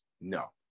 no